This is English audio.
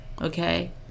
Okay